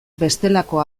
bestelako